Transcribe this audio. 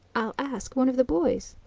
i'll ask one of the boys.